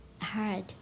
hard